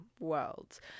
worlds